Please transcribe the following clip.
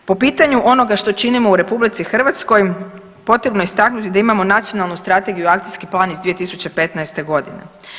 Po pitanju onoga što činimo u RH potrebno je istaknuti da imamo nacionalnu strategiju i akcijski plan iz 2015.g.